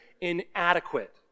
inadequate